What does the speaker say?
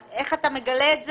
איך אתה מגלה את זה?